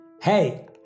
Hey